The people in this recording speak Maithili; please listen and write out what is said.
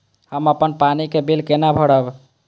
हम अपन पानी के बिल केना भरब?